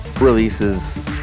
releases